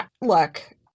look